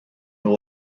nhw